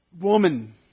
woman